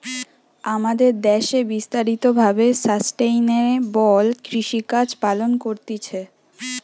আমাদের দ্যাশে বিস্তারিত ভাবে সাস্টেইনেবল কৃষিকাজ পালন করতিছে